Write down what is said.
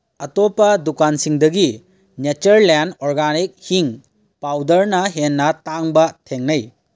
ꯑꯇꯣꯞꯄ ꯗꯨꯀꯥꯟꯁꯤꯡꯗꯒꯤ ꯅꯦꯆꯔꯂꯦꯟ ꯑꯣꯔꯒꯥꯅꯤꯛ ꯍꯤꯡ ꯄꯥꯨꯗꯔꯅ ꯍꯦꯟꯅ ꯇꯥꯡꯕ ꯊꯦꯡꯅꯩ